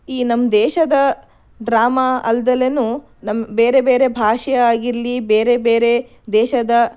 ಈ ನಮ್ಮ ದೇಶದ ಡ್ರಾಮಾ ಅಲ್ದಲೇನು ನಮ್ಮ ಬೇರೆ ಬೇರೆ ಭಾಷೆಯಾಗಿರಲಿ ಬೇರೆ ಬೇರೆ ದೇಶದ